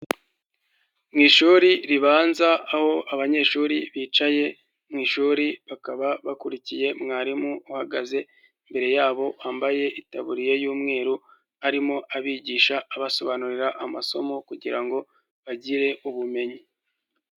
Mu ishuri ribanza, aho abanyeshuri bicaye mu ishuri, bakaba bakurikiye mwarimu uhagaze imbere yabo wambaye itaburiya y'umweru, arimo abigisha, abasobanurira amasomo kugira ngo bagire ubumenyi.